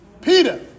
Peter